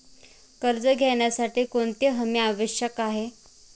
कर्ज घेण्यासाठी कोणती हमी आवश्यक आहे?